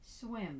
swim